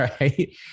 right